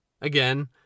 Again